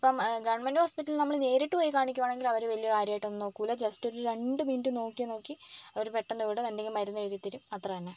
ഇപ്പം ഗവൺമെൻറ്റ് ഹോസ്പിറ്റലിൽ നമ്മൾ നേരിട്ട് പോയി കാണിക്കുവാണെങ്കിൽ അവർ വലിയ കാര്യമായിട്ട് ഒന്നും നോക്കൂല ജസ്റ്റ് ഒരു രണ്ട് മിനിറ്റ് നോക്കിയാൽ നോക്കി അവരു പെട്ടന്നു വിടും എന്തെങ്കിലും മരുന്ന് എഴുതി തരും അത്ര തന്നെ